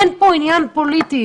אין פה עניין פוליטי,